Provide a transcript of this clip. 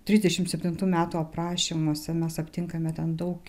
trisdešimt septintų metų aprašymuose mes aptinkame ten daug